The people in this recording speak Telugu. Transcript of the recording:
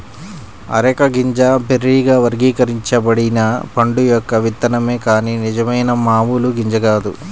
అరెక గింజ బెర్రీగా వర్గీకరించబడిన పండు యొక్క విత్తనమే కాని నిజమైన మామూలు గింజ కాదు